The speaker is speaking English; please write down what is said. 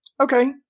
Okay